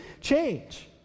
change